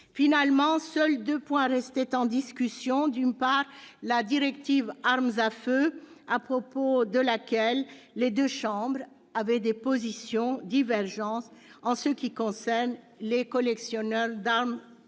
Finalement, seuls deux points restaient en discussion : d'une part, la directive Armes à feu, à propos de laquelle les deux chambres avaient des positions divergentes en ce qui concerne les collectionneurs d'armes